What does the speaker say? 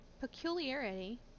peculiarity